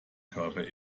körper